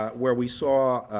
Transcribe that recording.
ah where we saw